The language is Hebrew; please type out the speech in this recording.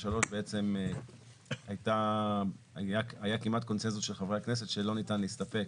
היה כמעט קונצנזוס של חברי הכנסת שלא ניתן להסתפק